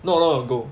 not long ago